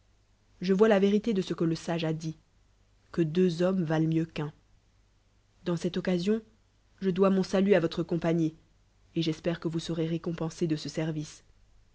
je vois ta vérité de ce que le sage a dit que deùx hommes valent mieux qu'nn dans cette occasion je dois mon saint à votre compagnie et j'espère que vous serez récompensé de ce service